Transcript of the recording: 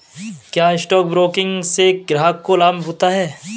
क्या stock broking से ग्राहक को लाभ होता है?